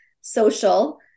social